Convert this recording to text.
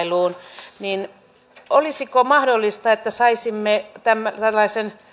urheiluseurat tavallaan tämmöiseen keskinäiseen kilpailuun olisiko mahdollista että saisimme tällaisen